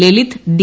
Lalit D